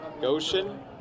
Goshen